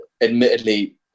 admittedly